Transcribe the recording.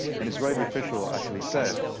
an israeli official actually said,